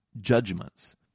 judgments